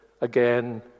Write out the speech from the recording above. again